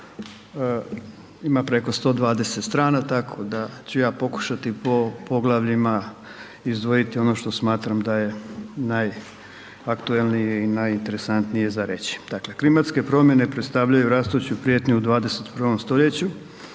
ima preko 120 strana tako da ću ja pokušati po poglavljima izdvojiti ono što smatram da je najaktualnije i najinteresantnije za reći. Dakle, klimatske promjene predstavljaju rastuću prijetnju u 21. stoljeću